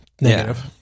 negative